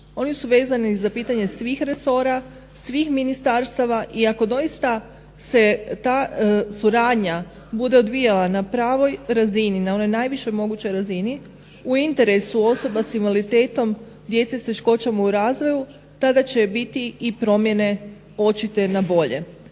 Oni su vezani za pitanje svih resora, svih ministarstava i ako doista se ta suradnja bude odvijala na pravoj razini, na onoj najnižoj mogućoj razini u interesu osoba s invaliditetom, djece s teškoćama u razvoju, tada će biti i promjene očite na bolje.